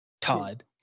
Todd